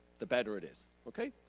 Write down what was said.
the better it is, okay?